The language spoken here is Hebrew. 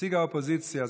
ונציג האופוזיציה,